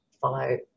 follow